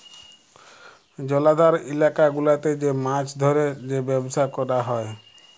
জলাধার ইলাকা গুলাতে যে মাছ ধ্যরে যে ব্যবসা ক্যরা হ্যয়